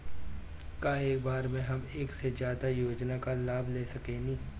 का एक बार में हम एक से ज्यादा योजना का लाभ ले सकेनी?